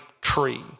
tree